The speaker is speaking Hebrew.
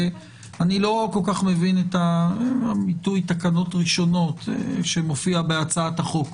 אני לא מבין את התקנות הראשונות שמופיע בהצעת החוק,